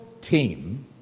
team